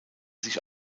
sich